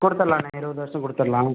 கொடுத்துர்லாண்ணே இருபது வருஷம் கொடுத்துர்லாம்